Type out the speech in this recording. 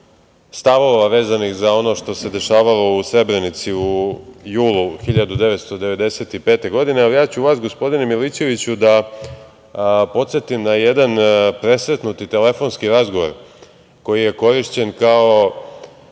stavova vezanih za ono što se dešavalo u Srebrenici u julu 1995. godine, ali ja ću vas, gospodine Milićeviću, da podsetim na jedan presretnuti telefonski razgovor koji je korišćen kao